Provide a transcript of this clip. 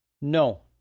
No